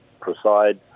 preside